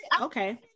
okay